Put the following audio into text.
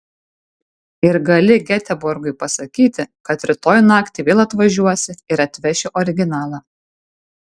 ir gali geteborgui pasakyti kad rytoj naktį vėl atvažiuosi ir atveši originalą